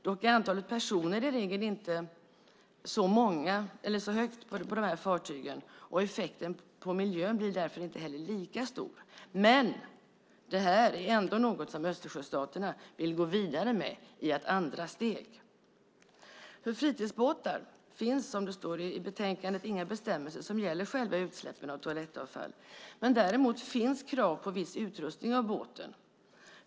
Dock är antalet personer i regel inte så stort på de här fartygen, och effekten på miljön blir därför inte heller lika stor. Men det här är ändå något som Östersjöstaterna vill gå vidare med i ett andra steg. För fritidsbåtar finns, som det står i betänkandet, inga bestämmelser som gäller själva utsläppen av toalettavfall, men däremot finns krav på viss utrustning av båten.